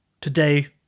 today